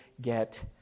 get